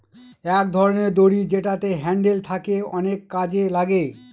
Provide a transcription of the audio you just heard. এক ধরনের দড়ি যেটাতে হ্যান্ডেল থাকে অনেক কাজে লাগে